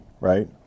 right